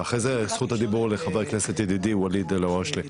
ואחרי זה זכות הדיבור לחבר הכנסת ידיד ואליד אלהואשלה.